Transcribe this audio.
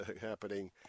happening